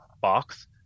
box